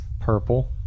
purple